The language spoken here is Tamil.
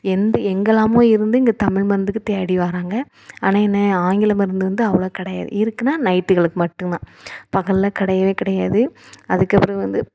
எந்த எங்கலாமோ இருந்து இங்கே தமிழ் மருந்துக்கு தேடி வாராங்க ஆனால் என்ன ஆங்கில மருந்து வந்து அவ்வளோ கிடையாது இருக்குதுன்னா நைட்டுகளுக்கு மட்டும்தான் பகலில் கிடையவே கிடையாது அதுக்குப்பெறகு வந்து